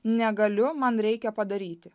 negaliu man reikia padaryti